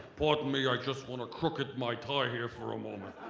pardon me i just want to crooked my tie here for a moment.